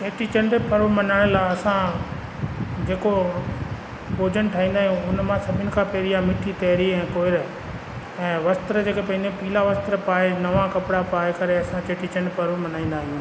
चेटी चंड पर्व मल्हाइण लाए असां जेको भोजन ठाहींदा आहियूं उन मां सभिनि खां पहिरियों आहे मिठी ताहिरी ऐं कुहर ऐं वस्त्र जेके पाईंदा आहियूं पीला वस्त्र पाए नवां कपिड़ा पाए करे असां चेटी चंडु पर्व मल्हाईंदा आहियूं